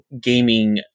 gaming